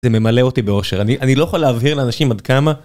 זה ממלא אותי באושר, אני לא יכול להבהיר לאנשים עד כמה.